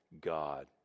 God